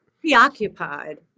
preoccupied